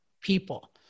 people